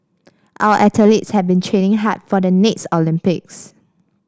our athletes have been training hard for the next Olympics